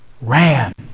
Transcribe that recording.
ran